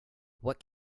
what